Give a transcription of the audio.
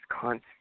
constant